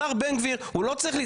השר בן גביר הוא לא צריך,